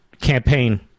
campaign